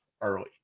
early